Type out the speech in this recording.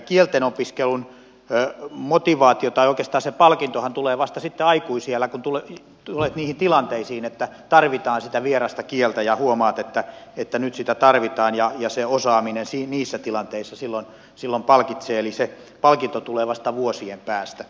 kieltenopiskelun motivaatio tai oikeastaan se palkintohan tulee vasta sitten aikuisiällä kun tulet niihin tilanteisiin että tarvitaan sitä vierasta kieltä ja huomaat että nyt sitä tarvitaan ja se osaaminen niissä tilanteissa silloin palkitsee eli se palkinto tulee vasta vuosien päästä